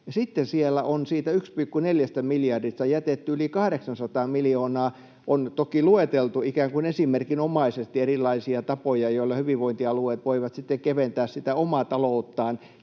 sitten siellä on siitä 1,4 miljardista jätetty yli 800 miljoonaa — on toki lueteltu ikään kuin esimerkinomaisesti erilaisia tapoja, joilla hyvinvointialueet voivat sitten keventää sitä omaa talouttaan,